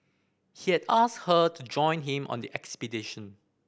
he had asked her to join him on the expedition